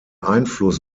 einfluss